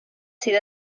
sydd